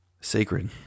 sacred